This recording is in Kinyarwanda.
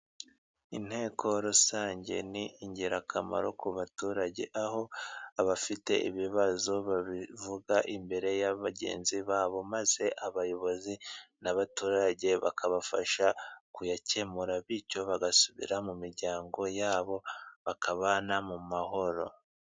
Inteko rusange ni ingirakamaro ku baturage， aho abafite ibibazo babivuga imbere ya bagenzi babo， maze abayobozi n'abaturage bakabafasha kubikemura， bityo bagasubira mu miryango yabo bakabana mu mahoro.